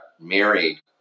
married